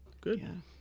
good